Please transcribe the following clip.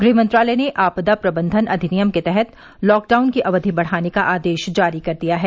गृह मंत्रालय ने आपदा प्रबंधन अधिनियम के तहत लॉकडाउन की अवधि बढ़ाने का आदेश जारी कर दिया है